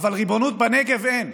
אבל ריבונות בנגב אין.